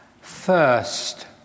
First